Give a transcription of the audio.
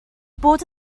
bod